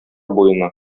буена